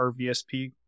RVSP